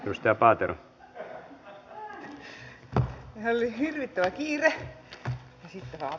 hyvistä pääte on se kaikkein suurin ongelma